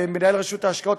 ומנהל רשות ההשקעות,